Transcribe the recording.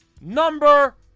number